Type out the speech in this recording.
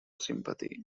sympathy